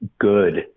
good